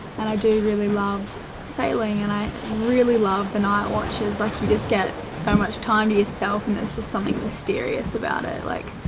and i do really love sailing, and i really love the night watches, like you just get so much time to yourself and there's just something mysterious about it, like.